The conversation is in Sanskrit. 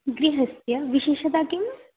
गृहस्य विशेषता किम्